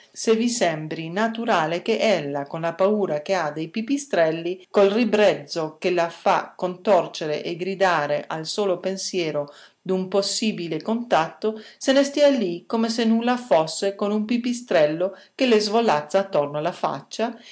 se vi sembri naturale che ella con la paura che ha dei pipistrelli col ribrezzo che la fa contorcere e gridare al solo pensiero d'un possibile contatto se ne stia lì come se nulla fosse con un pipistrello che le svolazza attorno alla faccia